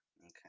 Okay